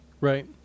Right